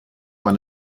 won